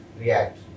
react